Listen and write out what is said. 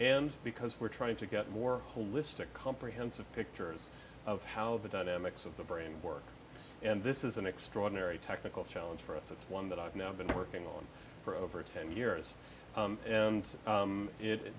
and because we're trying to get more holistic comprehensive pictures of how the dynamics of the brain work and this is an extraordinary technical challenge for us it's one that i've now been working on for over ten years and